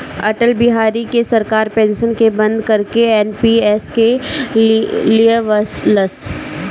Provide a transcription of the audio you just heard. अटल बिहारी के सरकार पेंशन के बंद करके एन.पी.एस के लिअवलस